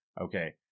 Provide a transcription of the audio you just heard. Okay